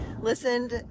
listened